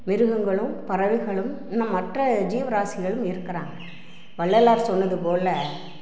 மிருகங்களும் பறவைகளும் இன்னும் மற்ற ஜீவ ராசிகளும் இருக்குறாங்க வள்ளலார் சொன்னது போல்